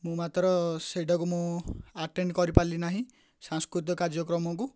ମୁଁ ମାତ୍ର ସେଇଟାକୁ ମୁଁ ଆଟେଣ୍ଡ କରିପାରିଲି ନାହିଁ ସାଂସ୍କୃତିକ କାର୍ଯ୍ୟକ୍ରମକୁ